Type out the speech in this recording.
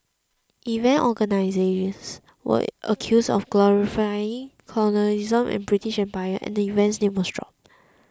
event organisers were accused of glorifying colonialism and the British Empire and the event's name was dropped